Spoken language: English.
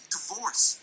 Divorce